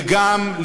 וגם,